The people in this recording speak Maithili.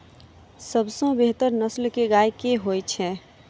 सबसँ बेहतर नस्ल केँ गाय केँ होइ छै?